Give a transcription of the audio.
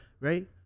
right